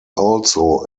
also